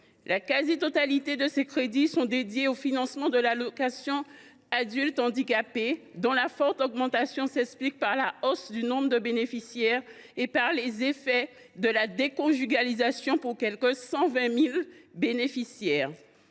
La quasi totalité de ces crédits sont dédiés au financement de l’allocation aux adultes handicapés dont la forte augmentation s’explique par la hausse du nombre de bénéficiaires et les effets de la déconjugalisation pour quelque 120 000 bénéficiaires.